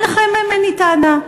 אליכם אין לי טענה.